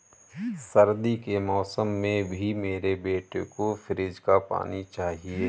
सर्दी के मौसम में भी मेरे बेटे को फ्रिज का पानी चाहिए